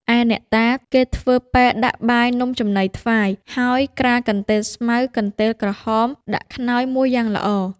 ឯអ្នកតា គេធ្វើពែដាក់បាយនំចំណីថ្វាយ ហើយក្រាលកន្ទេលស្មៅ កន្ទេលក្រហម ដាក់ខ្នើយមួយយ៉ាងល្អ